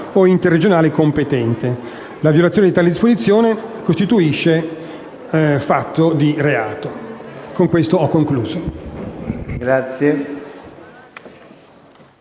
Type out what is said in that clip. o interregionale competente. La violazione di tale disposizione costituisce reato. Con questo ho concluso, signor